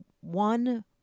one